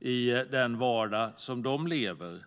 i den vardag som de lever i.